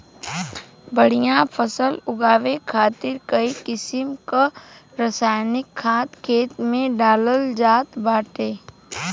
बढ़िया फसल उगावे खातिर कई किसिम क रासायनिक खाद खेते में डालल जात बाटे